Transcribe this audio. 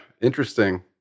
interesting